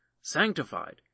sanctified